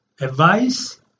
Advice